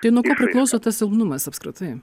tai nuo ko priklauso tas silpnumas apskritai